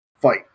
fight